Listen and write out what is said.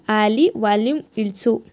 Ali volume ಇಳಿಸು